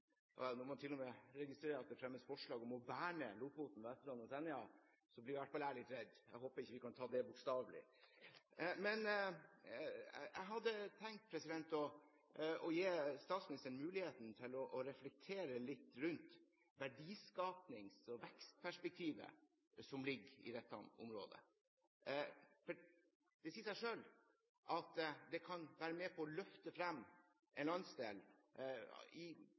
hvert fall jeg litt redd. Jeg håper ikke vi kan ta det bokstavelig. Jeg hadde tenkt å gi statsministeren muligheten til å reflektere litt rundt verdiskapings- og vekstperspektivet som ligger i dette området. Det sier seg selv at det kan være med på å løfte frem en landsdel